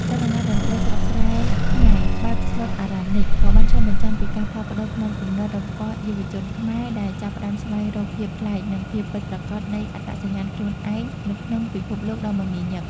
ចលនា តន្ត្រីស្រុកស្រែខ្មែរបែបស្លុតអារម្មណ៍នេះ ក៏បានឆ្លុះបញ្ចាំងពីការផ្លាស់ប្តូរផ្នត់គំនិតរបស់យុវជនខ្មែរ ដែលចាប់ផ្តើមស្វែងរកភាពប្លែក និងភាពពិតប្រាកដនៃអត្តសញ្ញាណខ្លួនឯងនៅក្នុងពិភពលោកដ៏មមាញឹក។